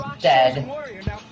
dead